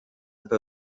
elles